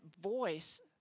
voice